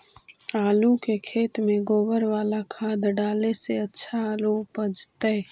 आलु के खेत में गोबर बाला खाद डाले से अच्छा आलु उपजतै?